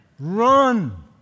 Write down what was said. Run